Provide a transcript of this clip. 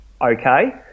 okay